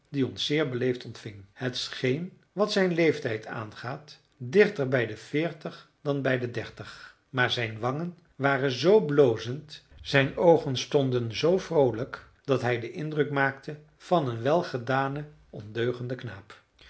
die ons zeer beleefd ontving hij scheen wat zijn leeftijd aangaat dichter bij de veertig dan bij de dertig maar zijn wangen waren zoo blozend zijn oogen stonden zoo vroolijk dat hij den indruk maakte van een welgedanen ondeugenden knaap